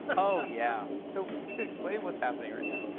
oh, yeah. so, explain what's happening right now.